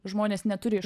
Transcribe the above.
žmonės neturi iš